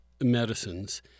medicines